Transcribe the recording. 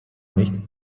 nicht